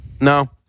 No